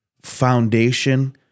foundation